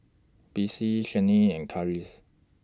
Besse Shannen and Karis